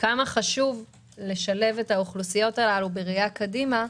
כמה חשוב לשלב את האוכלוסיות הללו בראייה קדימה,